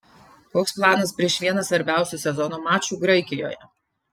koks planas prieš vieną svarbiausių sezono mačų graikijoje